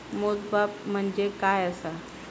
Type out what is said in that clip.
मोजमाप म्हणजे काय असा?